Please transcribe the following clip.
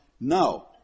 no